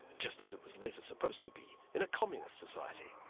just as it was later supposed to be in a communist society.